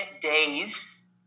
days